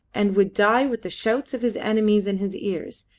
and would die with the shouts of his enemies in his ears,